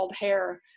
hair